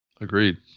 agreed